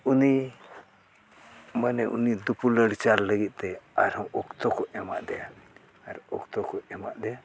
ᱩᱱᱤ ᱢᱟᱱᱮ ᱩᱱᱤ ᱫᱩᱯᱩᱞᱟᱹᱲ ᱪᱟᱞ ᱞᱟᱹᱜᱤᱫ ᱛᱮ ᱟᱨᱦᱚᱸ ᱚᱠᱛᱚ ᱠᱚ ᱮᱢᱟ ᱫᱮᱭᱟ ᱟᱨ ᱚᱠᱛᱚ ᱠᱚ ᱮᱢᱟᱜ ᱫᱮᱭᱟ